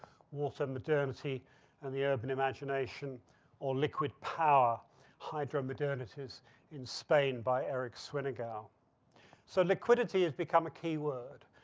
water, modernity and the urban imagination or liquid power hydromodernities in spain by erik swyngedouw. so liquidity has become a key word,